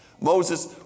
Moses